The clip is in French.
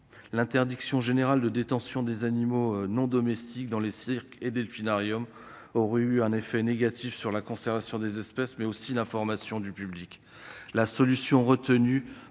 L'interdiction générale de la détention d'animaux non domestiques dans les cirques et les delphinariums aurait eu un effet négatif sur la conservation des espèces et sur l'information du public. La solution retenue